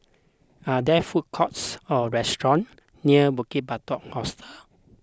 are there food courts or restaurants near Bukit Batok Hostel